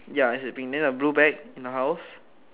ya that's a pink then the blue bag in the house